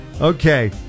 Okay